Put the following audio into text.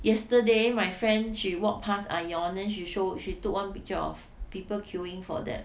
yesterday my friend she walked past ION then she showed she took one picture of people queuing for that